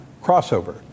crossover